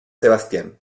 sebastián